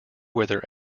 whether